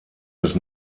des